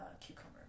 cucumber